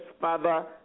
father